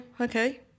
okay